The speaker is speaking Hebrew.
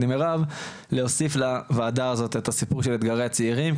עם מירב להוסיף לוועדה הזאת את הנושא של אתגרי הצעירים,